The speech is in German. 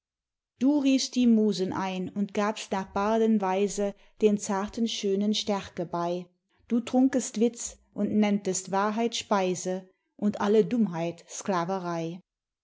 du riefst die musen ein und gabst nach barden weise den zarten schönen stärke bei du trunkest witz und nennest wahrheit speise und alle dummheit sklaverei